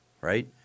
right